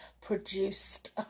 produced